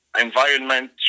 environment